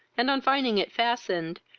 and, on finding it fastened,